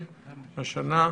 השנה.